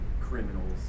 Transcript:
criminals